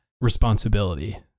responsibility